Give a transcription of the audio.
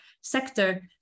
sector